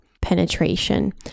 penetration